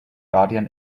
guardian